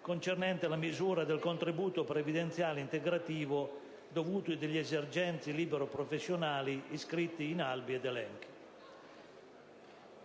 concernente la misura del contributo previdenziale integrativo dovuto dagli esercenti attività libero-professionali iscritti in albi ed elenchi.